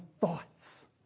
thoughts